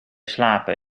slapen